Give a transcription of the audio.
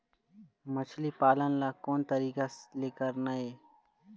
मछली पालन ला कोन तरीका ले करना ये?